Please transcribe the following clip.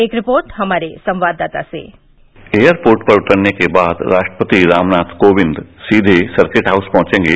एक रिपोर्ट हमारे संवाददाता से एयरपोर्ट पर उतरने के बाद राष्ट्रपति रामनाथ कोविंद सीधे सर्किट हाउस पहुचंगे